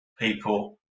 people